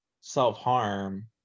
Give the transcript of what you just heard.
self-harm